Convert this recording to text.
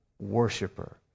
worshiper